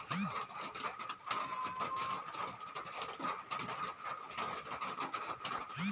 खाता चार्टक बेसि करे गोपनीय आर नजरबन्द रखाल जा छे